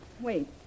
Wait